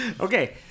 okay